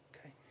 Okay